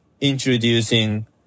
introducing